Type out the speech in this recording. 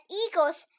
eagle's